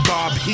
Bob